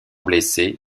blessé